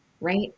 right